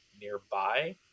nearby